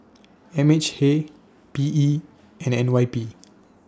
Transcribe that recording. M H A P E and N Y P